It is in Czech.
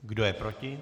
Kdo je proti?